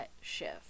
shift